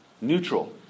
neutral